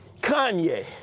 Kanye